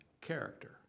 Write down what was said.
character